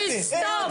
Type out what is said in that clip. תסתום.